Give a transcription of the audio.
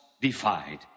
defied